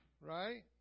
Right